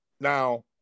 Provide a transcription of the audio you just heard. Now